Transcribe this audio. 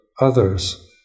others